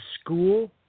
school